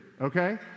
okay